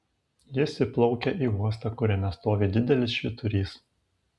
jis įplaukia į uostą kuriame stovi didelis švyturys